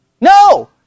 No